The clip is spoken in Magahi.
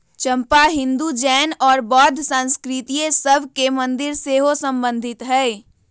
चंपा हिंदू, जैन और बौद्ध संस्कृतिय सभ के मंदिर से सेहो सम्बन्धित हइ